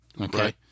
Okay